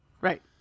Right